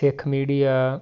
Sikh media